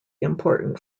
important